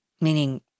meaning